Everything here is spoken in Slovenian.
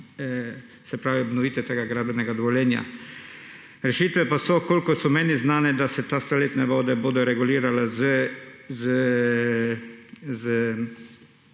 se pravi obnovitve tega gradbenega dovoljenja. Rešitve pa so, kolikor so meni znane, da se te stoletne vode bodo regulirale z